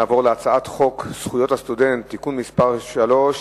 נעבור להצעת חוק זכויות הסטודנט (תיקון מס' 3),